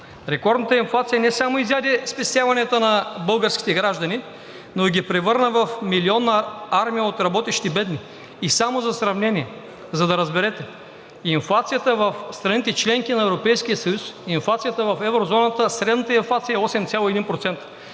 Рекордната инфлация не само изяде спестяванията на българските граждани, но и ги превърна в милионна армия от работещи бедни. И само за сравнение, за да разберете – инфлацията в страните – членки на Европейския съюз, инфлацията в еврозоната, средната инфлация е 8,1%.